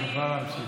את יכולה להמשיך.